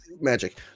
magic